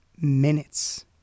minutes